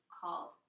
called